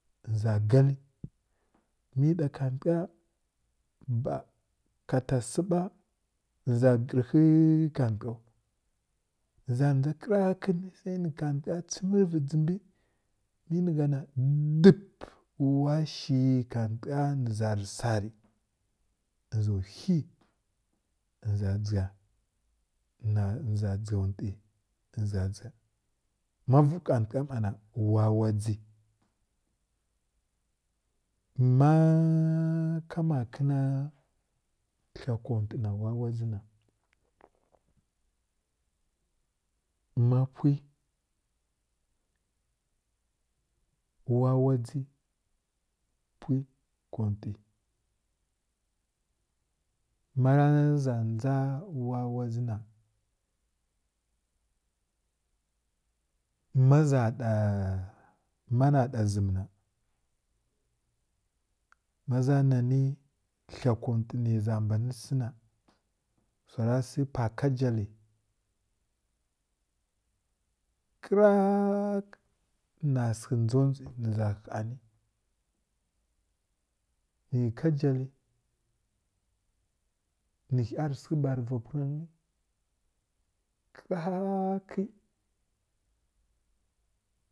Nə za galə mə ɗa khatəka ba ka ta si ba nə za grə ghə khatək aw nə za dʒa krrak sa nə khatəka tsəm rə dʒimbi mə ni gha na dip wa shi khateka ni za rə sari nə za whiw nə za dʒa na dʒa kontə nə dʒa ma vuw khatəka mma na wa hadʒi mma ka makana ha konti na wawadʒi na ma pwki wasodʒi ma pwki wawadʒi konti mara za dʒa wawadʒi na mana ɗa zəm ha ma za na ni ha konti hə za mbani si ha wsa ra si pa ka jali krak na səkə nodʒi nə za haani iy kajali nə ghə rəsekə barə va punə nyi kraak